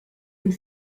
and